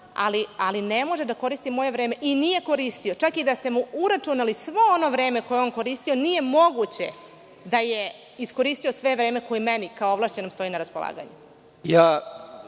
ali ne može da koristi moje vreme i nije koristio. Čak i da ste mu uračunali svo ono vreme koje je on koristio, nije moguće da je iskoristio sve vreme koje meni kao ovlašćenom stoji na raspolaganju.